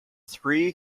three